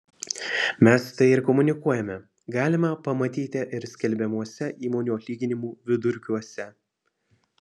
mes tai ir komunikuojame galima pamatyti ir skelbiamuose įmonių atlyginimų vidurkiuose